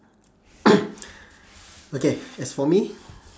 okay as for me